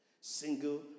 single